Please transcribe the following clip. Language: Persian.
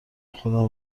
خودم